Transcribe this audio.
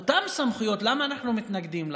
שלפחות אותן סמכויות, למה אנחנו מתנגדים לחוק?